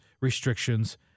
restrictions